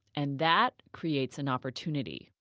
and that creates an opportunity.